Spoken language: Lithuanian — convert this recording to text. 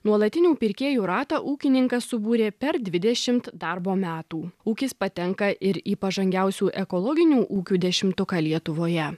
nuolatinių pirkėjų ratą ūkininkas subūrė per dvidešimt darbo metų ūkis patenka ir į pažangiausių ekologinių ūkių dešimtuką lietuvoje